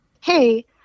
Hey